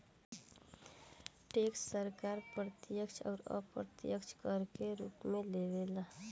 tax सरकार प्रत्यक्ष अउर अप्रत्यक्ष कर के रूप में लेवे ला